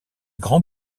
grands